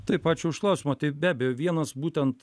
taip ačiū už klausimą tai be abejo vienas būtent